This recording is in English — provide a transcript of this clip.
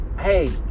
Hey